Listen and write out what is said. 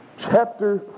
Chapter